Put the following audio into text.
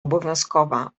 obowiązkowa